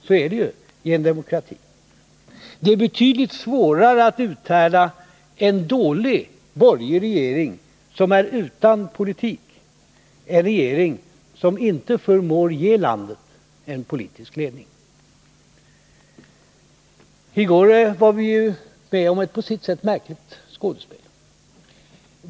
Så är det i en demokrati. Det är betydligt svårare att uthärda en dålig borgerlig regering som är utan politik, en regering som inte förmår ge landet en politisk ledning. I går var vi med om ett på sitt sätt märkligt skådespel.